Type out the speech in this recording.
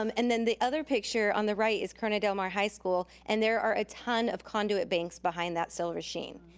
um and then the other picture on the right is corona del mar high school. and there are a ton of conduit banks behind that silver sheen.